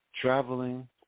Traveling